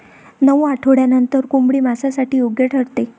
नऊ आठवड्यांनंतर कोंबडी मांसासाठी योग्य ठरते